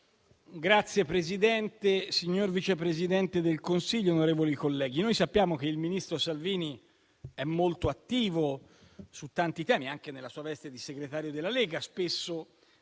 Signor Vice Presidente del Consiglio, onorevoli colleghi, sappiamo che il ministro Salvini è molto attivo su tanti temi, anche nella sua veste di segretario della Lega: